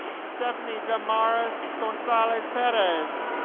stephanie damaris gonzales-perez